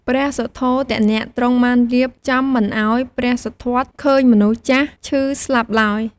ព្រះសុទ្ធោទនៈទ្រង់បានរៀបចំមិនឲ្យព្រះសិទ្ធត្ថឃើញមនុស្សចាស់ ឈឺ ស្លាប់ឡើយ។